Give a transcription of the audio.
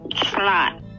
slot